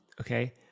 okay